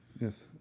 Yes